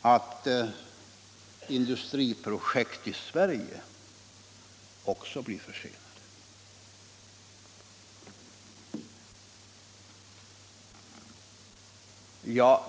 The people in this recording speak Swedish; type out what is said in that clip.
att industriprojekt i Sverige också blir försenade.